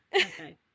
Okay